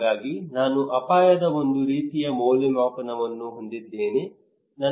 ಹಾಗಾಗಿ ನಾನು ಅಪಾಯದ ಒಂದು ರೀತಿಯ ಮೌಲ್ಯಮಾಪನವನ್ನು ಹೊಂದಿದ್ದೇನೆ